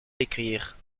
l’écrire